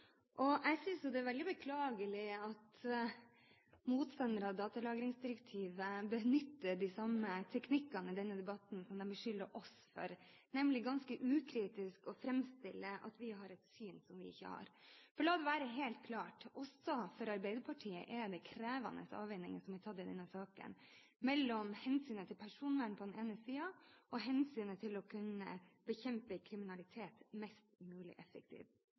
ordet. Jeg synes det er veldig beklagelig at motstandere av datalagringsdirektivet benytter de samme teknikkene i denne debatten som de beskylder oss for, nemlig ganske ukritisk å framstille at vi har et syn som vi ikke har. For la det være helt klart: Også for Arbeiderpartiet er det tatt krevende avveininger i denne saken mellom hensynet til personvernet og hensynet til å kunne bekjempe kriminalitet mest mulig effektiv.